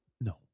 No